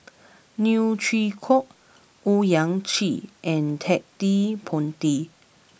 Neo Chwee Kok Owyang Chi and Ted De Ponti